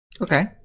Okay